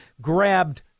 grabbed